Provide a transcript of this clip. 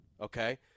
okay